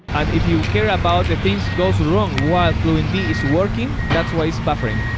and if you care about the things goes wrong while fluentd is working, that's why it's buffering.